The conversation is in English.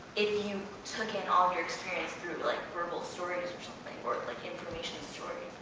if you took in all your experience through like verbal stories or something or like information stories.